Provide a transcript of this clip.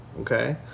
okay